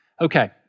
Okay